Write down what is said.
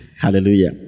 Hallelujah